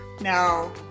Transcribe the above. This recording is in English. Now